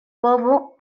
povo